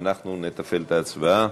ואנחנו נתפעל את ההצבעה.